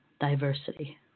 diversity